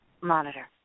monitor